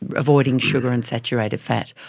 avoiding sugar and saturated fat,